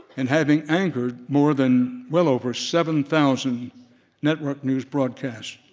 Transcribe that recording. and having anchored more than, well over seven thousand network news broadcasts,